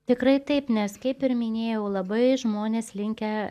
tikrai taip nes kaip ir minėjau labai jau žmonės linkę